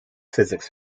physics